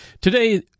Today